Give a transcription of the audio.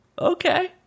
okay